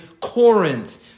Corinth